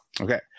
Okay